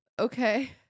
Okay